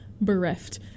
bereft